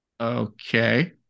Okay